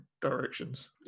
directions